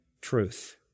truth